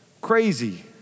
crazy